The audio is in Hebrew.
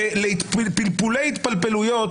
שלא נכנס לפלפולי התפלפלויות